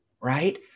right